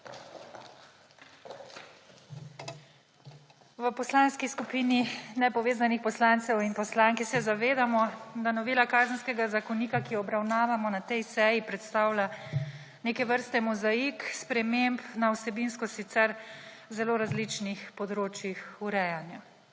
V Poslanski skupini nepovezanih poslancev se zavedamo, da novela Kazenskega zakonika, ki jo obravnavamo na tej seji, predstavlja neke vrste mozaik sprememb na vsebinsko sicer zelo različnih področjih urejanja.